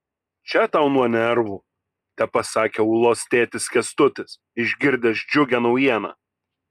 čia tau nuo nervų tepasakė ulos tėtis kęstutis išgirdęs džiugią naujieną